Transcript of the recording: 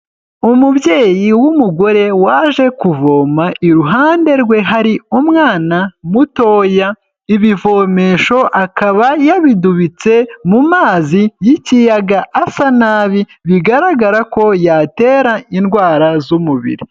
Umubyeyi w'umugore waje kuvoma, iruhande rwe hari umwana mutoya, ibivomesho akaba yabidubitse mu mazi y'ikiyaga, asa nabi, bigaragara ko yatera indwara z'umubiri.